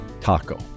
taco